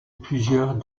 plusieurs